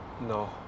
No